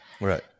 Right